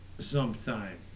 Sometime